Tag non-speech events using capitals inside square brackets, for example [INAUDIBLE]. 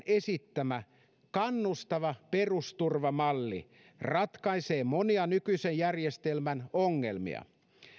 [UNINTELLIGIBLE] esittämä kannustava perusturva malli ratkaisee monia nykyisen järjestelmän ongelmia